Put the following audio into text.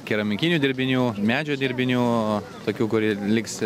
keramikinių dirbinių medžio dirbinių tokių kurie liks